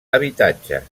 habitatges